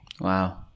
Wow